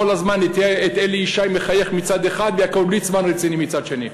הזמן את אלי ישי מחייך מצד אחד ויעקב ליצמן רציני מצד שני.